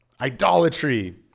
Idolatry